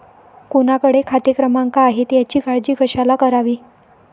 कोणाकडे खाते क्रमांक आहेत याची काळजी कशाला करावी